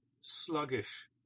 sluggish